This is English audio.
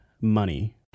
money